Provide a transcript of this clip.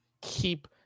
keep